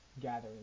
gathering